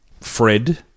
Fred